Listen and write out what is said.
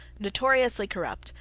notoriously corrupt,